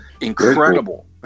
incredible